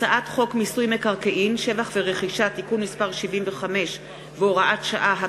הצעת חוק מיסוי מקרקעין (שבח ורכישה) (תיקון מס' 75 והוראת שעה),